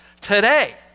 today